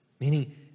Meaning